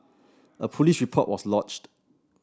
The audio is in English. a police report was lodged